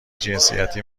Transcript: جنسیتی